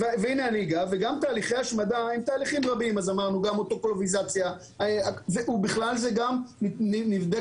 גם תהליכי ההשמדה הם תהליכים רבים ובכלל זה גם נבדק